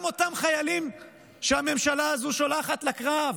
גם אותם חיילים שהממשלה הזו שולחת לקרב,